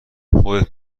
خودت